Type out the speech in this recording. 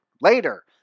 later